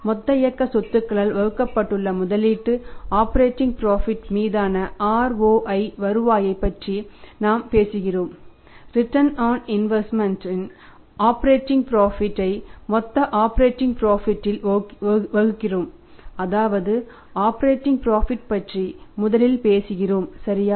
மொத்த இயக்க சொத்துக்களால் வகுக்கப்பட்டுள்ள முதலீட்டு ஆப்பரேட்டிங் புரோஃபிட் பற்றி முதலில் பேசுகிறோம் சரியா